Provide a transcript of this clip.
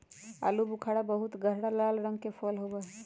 आलू बुखारा बहुत गहरा लाल रंग के फल होबा हई